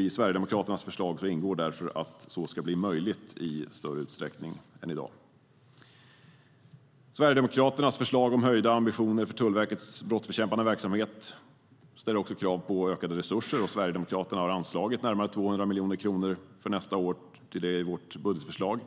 I Sverigedemokraternas förslag ingår därför att så ska bli möjligt i större utsträckning än i dag. Sverigedemokraternas förslag om höjda ambitioner för Tullverkets brottsbekämpande verksamhet ställer också krav på ökade resurser. Sverigedemokraterna har anslagit närmare 200 miljoner kronor för nästa år i vårt budgetförslag.